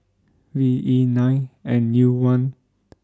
V E nine N U one